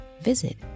visit